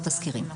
לא תסקירים.